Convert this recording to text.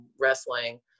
wrestling